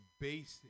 basic